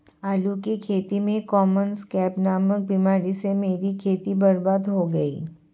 आलू की खेती में कॉमन स्कैब नामक बीमारी से मेरी खेती बर्बाद हो गई